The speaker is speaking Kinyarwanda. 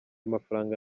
mafaranga